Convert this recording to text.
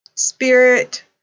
spirit